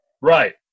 Right